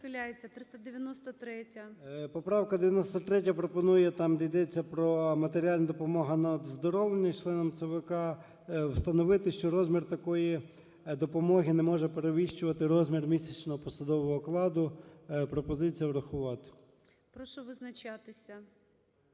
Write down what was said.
Поправка 393 пропонує там, де йдеться про матеріальна допомога на оздоровлення членів ЦВК встановити, що розмір такої допомоги не може перевищувати розмір місячного посадового окладу. Пропозиція